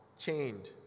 chained